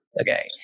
okay